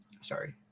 sorry